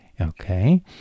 Okay